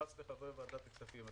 שהופץ בפני חברי ועדת הכספים,